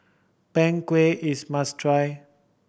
Png Kueh is must try